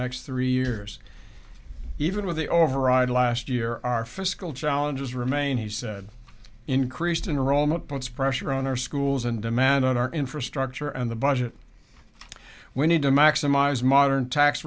next three years even with the override last year our fiscal challenges remain he said increased in rome and puts pressure on our schools and demand on our infrastructure and the budget we need to maximize modern tax